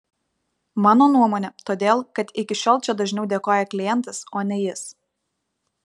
mano nuomone todėl kad iki šiol čia dažniau dėkoja klientas o ne jis